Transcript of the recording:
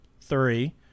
three